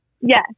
Yes